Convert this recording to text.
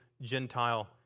Gentile